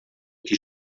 que